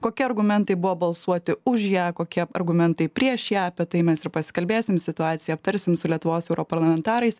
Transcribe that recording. kokie argumentai buvo balsuoti už ją kokie argumentai prieš ją apie tai mes ir pasikalbėsim situaciją aptarsim su lietuvos europarlamentarais